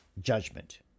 judgment